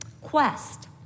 quest